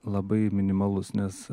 labai minimalus nes